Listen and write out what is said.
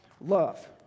love